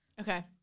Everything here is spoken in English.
okay